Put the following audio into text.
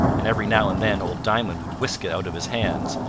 and every now and then old diamond would whisk it out of his hands,